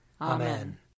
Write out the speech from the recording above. Amen